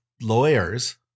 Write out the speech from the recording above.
lawyers